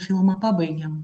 filmą pabaigėm